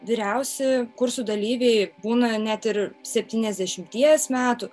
vyriausi kursų dalyviai būna net ir septyniasdešimties metų